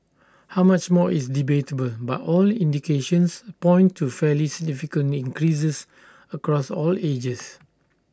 how much more is debatable but all indications point to fairly significant increases across all ages